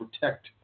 protect